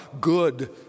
good